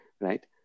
right